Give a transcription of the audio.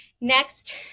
next